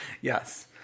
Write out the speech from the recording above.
Yes